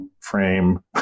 frame